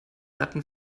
ratten